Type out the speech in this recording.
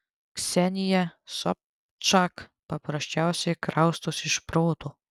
ksenija sobčak paprasčiausiai kraustosi iš proto